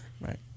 Right